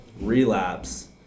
relapse